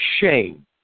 shame